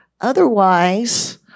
Otherwise